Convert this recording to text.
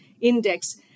index